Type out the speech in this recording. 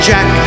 Jack